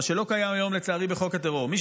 מה שלא קיים היום בחוק הטרור,